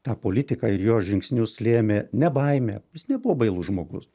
tą politiką ir jo žingsnius lėmė ne baimė jis nebuvo bailus žmogus